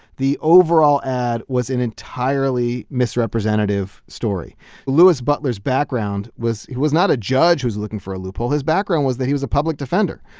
the overall ad was an entirely misrepresentative story louis butler's background was he was not a judge who was looking for a loophole. his background was that he was a public defender.